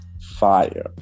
fire